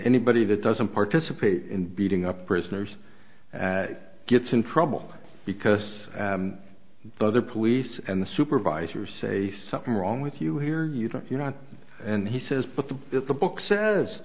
anybody that doesn't participate in beating up prisoners gets in trouble because the other police and the supervisor say something wrong with you here you don't you're not and he says but the the book says